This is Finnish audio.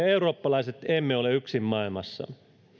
eurooppalaiset emme ole yksin maailmassa